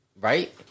Right